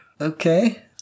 Okay